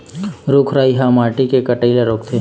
रूख राई ह माटी के कटई ल रोकथे